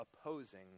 opposing